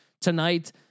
tonight